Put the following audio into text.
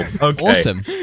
Awesome